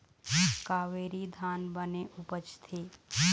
कावेरी धान बने उपजथे?